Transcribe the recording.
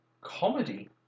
Comedy